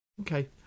Okay